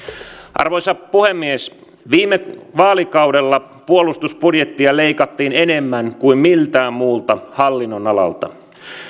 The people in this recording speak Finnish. arvoisa puhemies viime vaalikaudella puolustusbudjettia leikattiin enemmän kuin miltään muulta hallinnonalalta